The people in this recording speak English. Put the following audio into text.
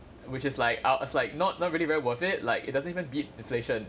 which is like uh it's like not not really very worth it like it doesn't even beat inflation